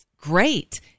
great